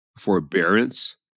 forbearance